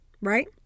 right